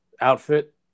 outfit